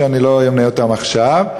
שלא אמנה אותן עכשיו,